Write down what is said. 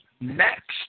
next